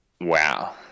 Wow